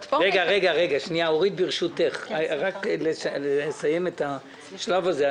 אורית, ברשותך, נסיים רק את השלב הזה.